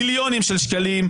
מיליונים של שקלים.